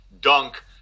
dunk